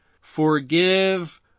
forgive